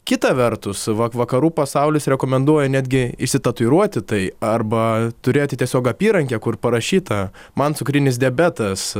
kita vertus va vakarų pasaulis rekomenduoja netgi išsitatuiruoti tai arba turėti tiesiog apyrankę kur parašyta man cukrinis diabetas